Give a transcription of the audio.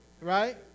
right